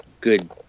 good